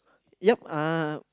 yup uh